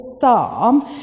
psalm